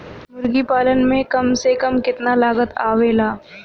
मुर्गी पालन में कम से कम कितना लागत आवेला?